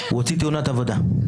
הוא הוציא תאונת עבודה.